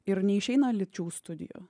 ir neišeina lyčių studijų